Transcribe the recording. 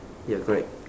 ya correct